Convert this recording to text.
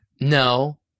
No